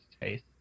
taste